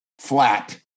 flat